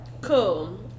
cool